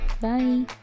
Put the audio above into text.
Bye